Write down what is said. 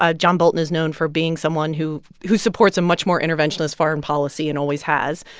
ah john bolton is known for being someone who who supports a much more interventionist foreign policy and always has.